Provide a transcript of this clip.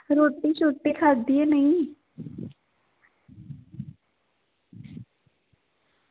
रोटी शोटी खाद्धी ऐ नी